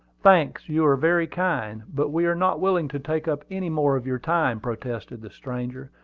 thanks you are very kind. but we are not willing to take up any more of your time, protested the stranger.